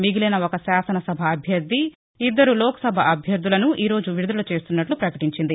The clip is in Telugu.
మిగిలిన ఒక శాసన సభ అభ్యర్ది ఇద్దరు లోక్ సభ అభ్యర్దులను ఈరోజు విడుదల చేస్తున్నట్లు పకటించింది